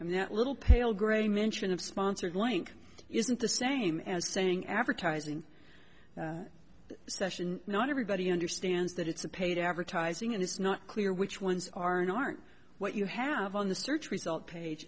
and that little pale grey mention of sponsored link isn't the same as saying advertising session not everybody understands that it's a paid advertising and it's not clear which ones are and aren't what you have on the search result page